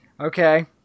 Okay